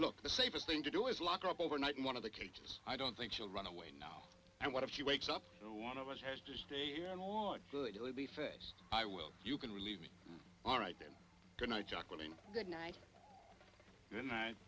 look the safest thing to do is lock up overnight in one of the cages i don't think she'll run away now and what if she wakes up one of us has to stay on the face i will you can relieve me all right then good night jacqueline good night night